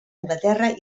anglaterra